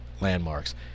Landmarks